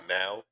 now